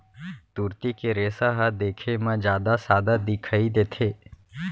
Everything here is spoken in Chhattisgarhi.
तुरते के रेसा ह देखे म जादा सादा दिखई देथे